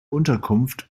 unterkunft